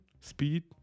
speed